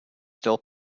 still